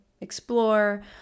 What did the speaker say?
explore